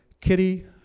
Kitty